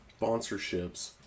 sponsorships